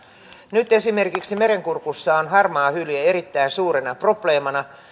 nyt esimerkiksi merenkurkussa on harmaahylje erittäin suurena probleemana